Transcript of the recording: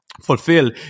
fulfill